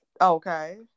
Okay